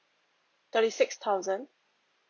thirty six thousand